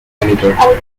janitor